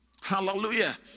Hallelujah